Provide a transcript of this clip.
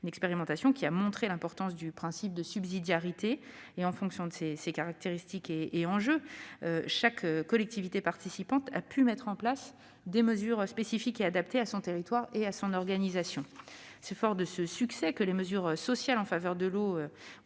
Cette expérimentation a montré l'importance du principe de subsidiarité. En fonction de ses caractéristiques et des enjeux qui lui sont propres, chaque collectivité participante a pu mettre en place des mesures spécifiques et adaptées à son territoire et à son organisation. En raison de ce succès, les mesures sociales en faveur de l'accès à l'eau